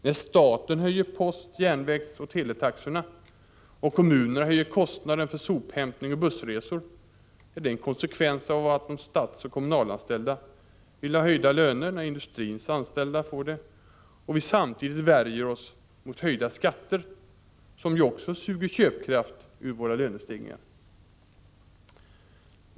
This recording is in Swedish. När staten höjer post-, järnvägsoch teletaxorna och kommunerna höjer kostnaden för sophämtning och bussresor är detta en konsekvens av att de statsoch kommunalanställda vill ha höjda löner när industrins anställda får det, samtidigt som vi värjer oss mot höjda skatter, som ju också suger köpkraft ur våra lönestegringar.